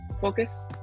Focus